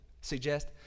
suggest